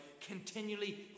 Continually